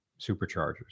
superchargers